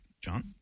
John